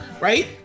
right